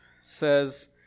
says